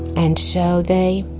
and so they,